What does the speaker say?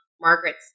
Margaret